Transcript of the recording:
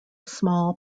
small